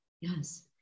Yes